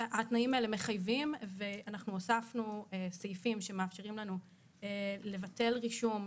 התנאים האלה מחייבים ואנחנו הוספנו סעיפים שמאפשרים לנו לבטל רישום,